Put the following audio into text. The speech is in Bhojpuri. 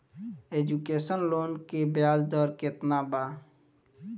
एजुकेशन लोन के ब्याज दर केतना बा?